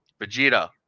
Vegeta